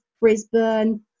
Brisbane